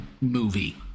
movie